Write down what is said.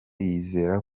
yizera